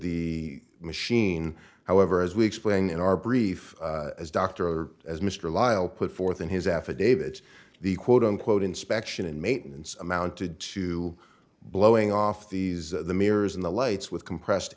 the machine however as we explained in our brief as dr as mr lyle put forth in his affidavit the quote unquote inspection and maintenance amounted to blowing off these mirrors in the lights with compressed